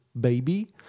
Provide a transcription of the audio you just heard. baby